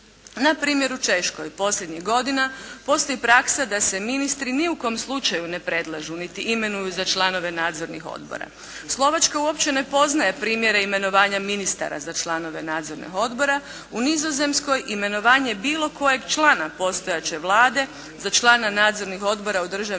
Npr. u Češkoj posljednjih godina postoji praksa da se ministri ni u kom slučaju ne predlažu, niti imenuju za članove nadzornih odbora. Slovačka uopće ne poznaje primjere imenovanja ministara za članove nadzornih odbora. U Nizozemskoj imenovanje bilo kojeg člana postojeće vlade za člana nadzornih odbora u državnim